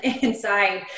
inside